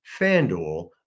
FanDuel